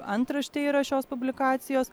antraštė yra šios publikacijos